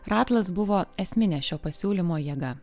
ratlas buvo esminė šio pasiūlymo jėga